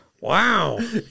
Wow